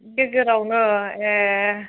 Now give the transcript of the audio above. गेजेरावनो ए